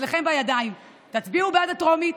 אצלכם בידיים, תצביעו בעד בטרומית.